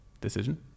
decision